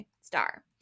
star